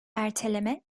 erteleme